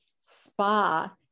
spa